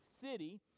city